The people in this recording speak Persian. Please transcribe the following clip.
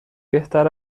بهتر